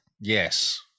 Yes